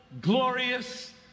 glorious